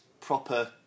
proper